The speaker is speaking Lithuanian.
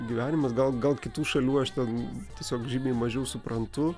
gyvenimas gal gal kitų šalių aš ten tiesiog žymiai mažiau suprantu